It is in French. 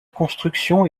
construction